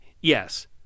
yes